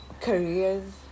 careers